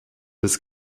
des